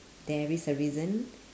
there is a reason